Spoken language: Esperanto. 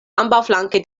ambaŭflanke